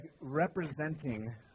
representing